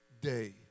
day